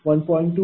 21 0